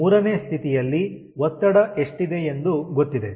3ನೇ ಸ್ಥಿತಿಯಲ್ಲಿ ಒತ್ತಡ ಎಷ್ಟಿದೆ ಎಂದು ಗೊತ್ತಿದೆ